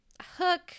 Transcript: hook